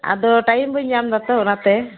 ᱟᱫᱚ ᱴᱟᱭᱤᱢ ᱵᱟᱹᱧ ᱧᱟᱢ ᱮᱫᱟ ᱛᱚ ᱚᱱᱟ ᱛᱮ